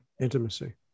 intimacy